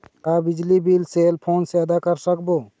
का बिजली bill cell phone से आदा कर सकबो?